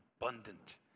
abundant